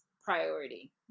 priority